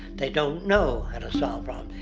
they don't know how to solve um